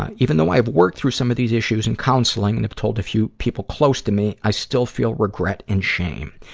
even though i have worked through some of these issues in counseling and have told a few people close to me, i still feel regret and shame.